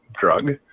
drug